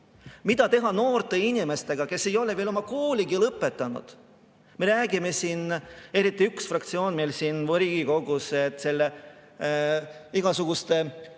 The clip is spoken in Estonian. Mida teha noorte inimestega, kes ei ole veel oma kooligi lõpetanud? Me räägime siin, eriti üks fraktsioon meil siin Riigikogus, et võiks noorte